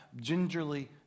gingerly